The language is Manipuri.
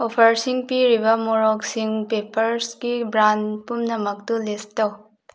ꯑꯣꯐꯔꯁꯤꯡ ꯄꯤꯔꯕ ꯃꯣꯔꯣꯛꯁꯤꯡ ꯄꯦꯄꯔꯁꯀꯤ ꯕ꯭ꯔꯥꯟ ꯄꯨꯝꯅꯃꯛꯇꯨ ꯂꯤꯁ ꯇꯧ